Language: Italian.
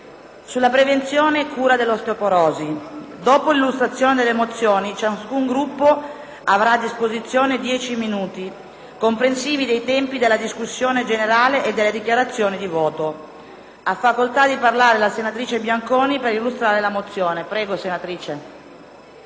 sulla prevenzione e cura dell'osteoporosi. Dopo l'illustrazione delle mozioni, ciascun Gruppo avrà a disposizione dieci minuti, comprensivi dei tempi della discussione e delle dichiarazioni di voto. Ha facoltà di parlare la senatrice Bianconi per illustrare la mozione n.